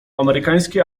amerykański